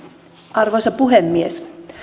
arvoisa puhemies